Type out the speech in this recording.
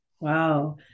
Wow